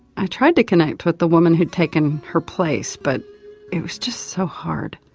i tried to connect with the woman who'd taken her place but it was just so hard.